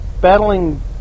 battling